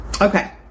Okay